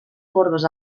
corbes